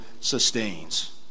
sustains